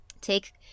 take